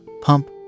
pump